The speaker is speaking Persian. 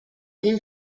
این